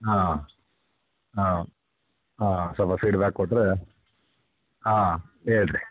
ಹಾಂ ಹಾಂ ಹಾಂ ಸ್ವಲ್ಪ ಫೀಡ್ಬ್ಯಾಕ್ ಕೊಟ್ಟರೆ ಹಾಂ ಹೇಳಿರಿ